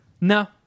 No